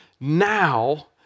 Now